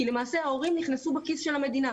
כי למעשה ההורים נכנסו בכיס של המדינה.